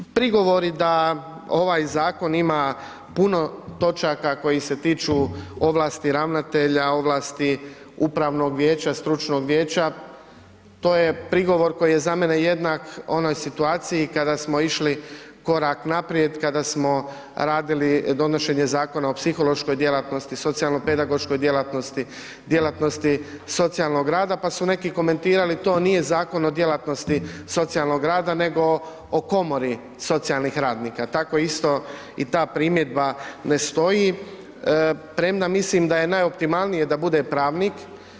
Prigovori da ovaj zakon ima puno točaka koji se tiču ovlasti ravnatelja, ovlasti upravnog vijeća, stručnog vijeća to je prigovor koji je za mene jednak onoj situaciji kada smo išli korak naprijed, kada smo radili donošenje Zakona o psihološkoj djelatnosti, socijalno-pedagoškoj djelatnosti, djelatnosti socijalnog rada pa su neki komentirali to nije zakon o djelatnosti socijalnog rada nego o komori socijalnih radnika, tako isto i ta primjedba ne stoji, premda mislim da je najoptimalnije da bude pravnik.